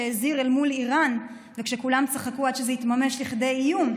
שהזהיר אל מול איראן ושכולם צחקו עד שזה התממש לכדי איום,